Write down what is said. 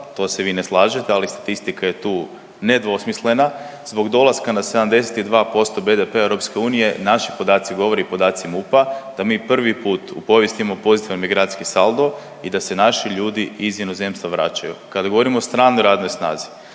to se vi ne slažete, ali statistika je tu nedvosmislena, zbog dolaska na 72% BDP-a EU naši podaci govore i podaci MUP-a da mi prvi put u povijesti imamo pozitivan migracijski saldo i da se naši ljudi iz inozemstva vraćaju. Kad govorimo o stranoj radnoj snazi,